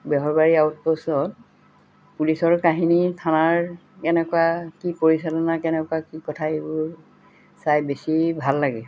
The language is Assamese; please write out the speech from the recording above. বেহৰবাৰী আউটপ'ষ্টত পুলিচৰ কাহিনী থানাৰ কেনেকুৱা কি পৰিচালনা কেনেকুৱা কি কথা এইবোৰ চাই বেছি ভাল লাগে